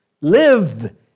Live